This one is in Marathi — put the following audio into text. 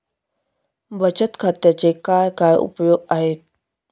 बचत खात्याचे काय काय उपयोग आहेत?